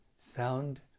sound